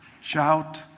shout